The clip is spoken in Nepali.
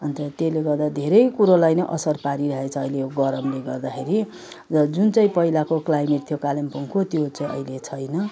अन्त त्यसले गर्दा धेरै कुरोलाई नै असर पारिरहेको छ अहिले यो गरमले गर्दाखेरि र जुन चाहिँ पहिलाको क्लाइमेट थियो कालिम्पोङको त्यो चाहिँ अहिले छैन